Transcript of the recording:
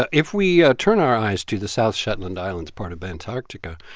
but if we ah turn our eyes to the south shetland islands part of antarctica,